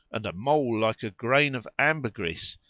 and a mole like a grain of ambergris,